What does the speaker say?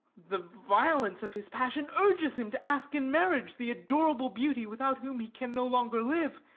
the violence of his passion urges him to ask in marriage the adorable beauty without whom he can no longer live,